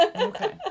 Okay